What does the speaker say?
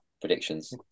predictions